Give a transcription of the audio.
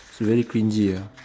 very cringey ah